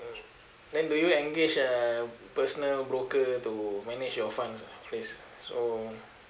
uh then do you engage uh personal broker to manage your fund place so